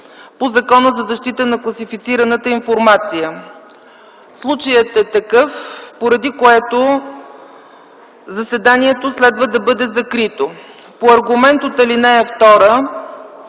по Закона за защита на класифицираната информация;” Случаят е такъв, поради което заседанието следва да бъде закрито. По аргумента от ал. 2